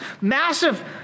massive